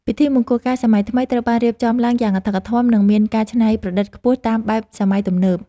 ពិធីមង្គលការសម័យថ្មីត្រូវបានរៀបចំឡើងយ៉ាងអធិកអធម និងមានការច្នៃប្រឌិតខ្ពស់តាមបែបសម័យទំនើប។